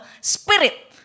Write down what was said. Spirit